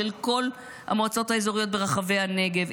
של כל המועצות האזוריות ברחבי הנגב,